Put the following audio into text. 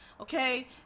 okay